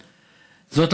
זאת,